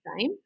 time